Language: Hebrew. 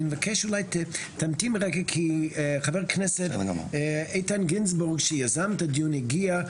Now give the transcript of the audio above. אני מבקש אולי תמתין רגע כי חבר כנסת איתן גינזבורג שיזם את הדיון הגיע,